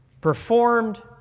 performed